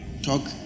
talk